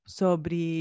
sobre